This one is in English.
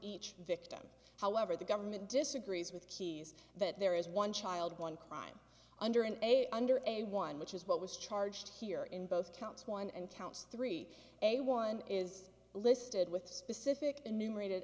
each victim however the government disagrees with keys that there is one child one crime under and under and one which is what was charged here in both counts one and counts three a one is listed with specific